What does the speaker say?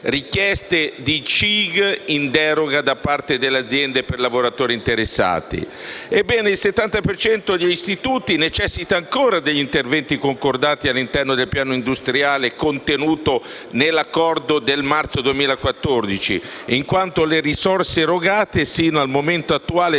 richieste di CIG in deroga da parte delle aziende per i lavoratori interessati. Il 70 per cento degli istituti necessita ancora degli interventi concordati all'interno del piano industriale contenuto nell'accordo del marzo 2014, in quanto le risorse erogate sino al momento attuale